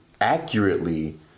accurately